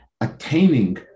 attaining